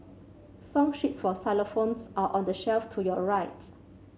song sheets for xylophones are on the shelf to your right